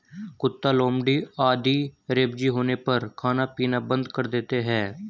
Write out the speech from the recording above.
कुत्ता, लोमड़ी आदि रेबीज होने पर खाना पीना बंद कर देते हैं